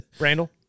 Randall